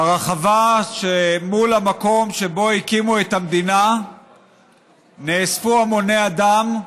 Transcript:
ברחבה שמול המקום שבו הקימו את המדינה נאספו המוני אדם,